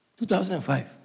2005